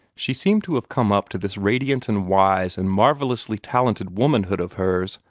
she seemed to have come up to this radiant and wise and marvellously talented womanhood of hers,